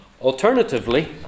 Alternatively